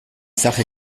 sache